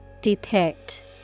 Depict